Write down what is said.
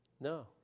No